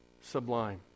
Sublime